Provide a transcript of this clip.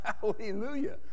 Hallelujah